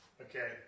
Okay